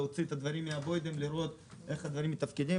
להוציא את הדברים מהבוידעם ולראות איך הדברים מתפקדים.